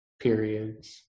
periods